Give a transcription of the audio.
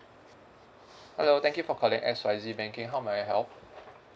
hello thank you for calling X Y Z banking how may I help